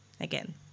Again